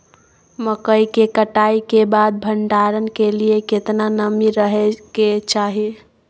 मकई के कटाई के बाद भंडारन के लिए केतना नमी रहै के चाही?